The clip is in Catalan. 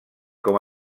com